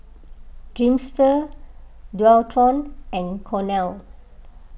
Dreamster Dualtron and Cornell